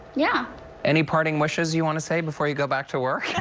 yeah any parting wishes you want to say before you go back to work?